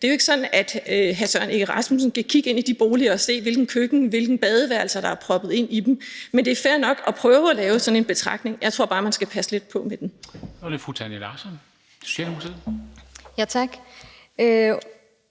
Det er jo ikke sådan, at hr. Søren Egge Rasmussen kan kigge ind i de boliger og se, hvilke køkkener og hvilke badeværelser der er proppet ind i dem. Men det er fair nok at prøve at lave sådan en betragtning. Jeg tror bare, man skal passe lidt på med det.